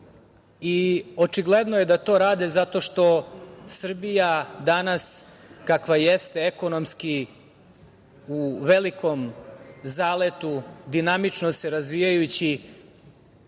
Očigledno je da to rade zato što Srbija danas kakva jeste, ekonomski u velikom zaletu, dinamično se razvijajući,